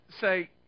say